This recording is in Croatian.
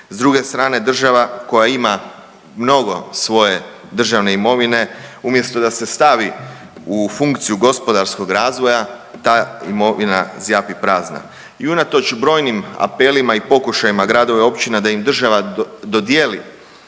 S druge strane država koja ima mnogo svoje državne imovine umjesto da se stavi u funkciju gospodarskog razvoja ta imovina zjapi prazni. I unatoč brojnim apelima i pokušajima gradova i općina da im država dodijeli